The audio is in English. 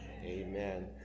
Amen